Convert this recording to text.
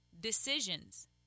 decisions